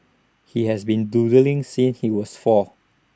he has been doodling since he was four